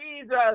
Jesus